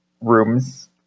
rooms